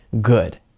good